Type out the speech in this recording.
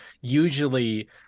usually